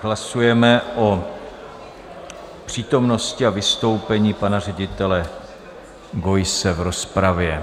Hlasujeme o přítomnosti a vystoupení pana ředitele Geusse v rozpravě.